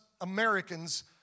Americans